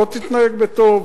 לא תתנהג בטוב.